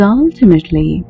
ultimately